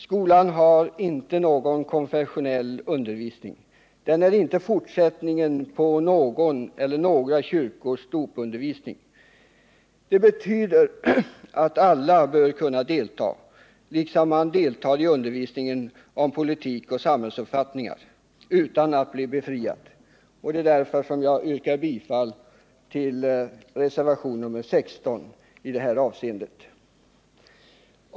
Skolan har inte någon konfessionell undervisning. Den är inte fortsättningen på någon eller några kyrkors dopundervisning. Det betyder att alla bör kunna delta, liksom man deltar i undervisning om politik och samhällsuppfattningar utan att bli befriad. Det är därför som jag yrkar bifall till reservationen 16.